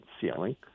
ceiling